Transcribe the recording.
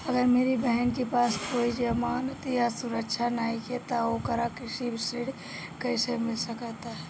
अगर मेरी बहन के पास कोई जमानत या सुरक्षा नईखे त ओकरा कृषि ऋण कईसे मिल सकता?